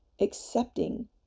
accepting